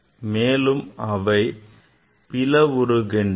அவை மேலும் பளவுருகின்றன